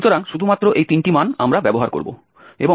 সুতরাং শুধুমাত্র এই 3টি মান আমরা ব্যবহার করব